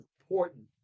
important